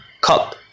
cup